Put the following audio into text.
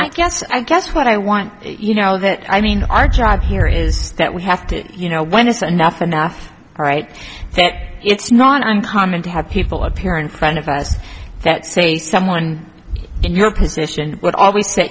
i guess i guess what i want you know that i mean our job here is that we have to you know when it's enough enough right it's not uncommon to have people appear in front of us that say someone in your position would always say